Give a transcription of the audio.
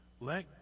let